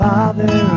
Father